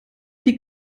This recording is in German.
die